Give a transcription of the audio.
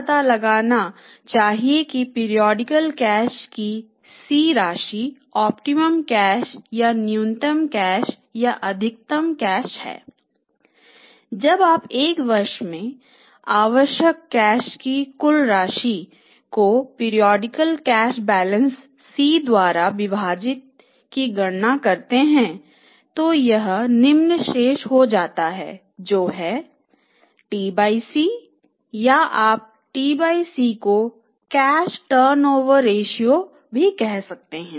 C periodical cash balance कह सकते हैं